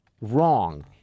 wrong